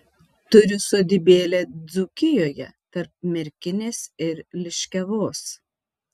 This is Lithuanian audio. turiu sodybėlę dzūkijoje tarp merkinės ir liškiavos